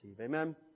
Amen